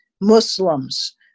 Muslims